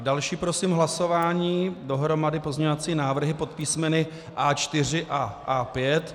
Další prosím hlasování dohromady pozměňovací návrhy pod písmeny A4 a A5.